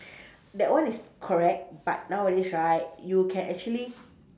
that one is correct but nowadays right you can actually